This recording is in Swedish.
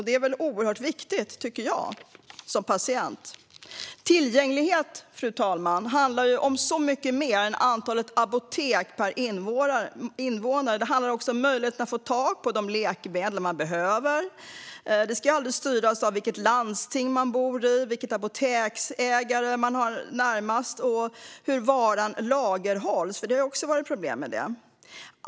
Det är oerhört viktigt, tycker jag. Tillgänglighet, fru talman, handlar om så mycket mer än antalet apotek per invånare. Möjligheten att få tag i de läkemedel man behöver ska aldrig styras av vilket landsting man bor i, vilken apoteksägare man har närmast eller om varan lagerhålls där. Det har det också varit problem med.